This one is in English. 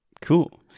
cool